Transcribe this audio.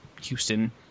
Houston